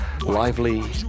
lively